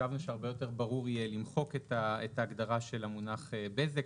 חשבנו שהרבה יותר ברור יהיה למחוק את ההגדרה של המונח "בזק".